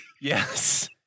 Yes